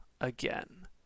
again